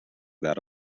that